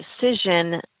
decision